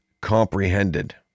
comprehended